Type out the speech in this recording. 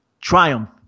Triumph